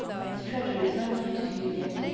and treasure is not used to you yet,